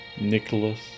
Nicholas